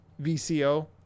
VCO